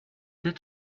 that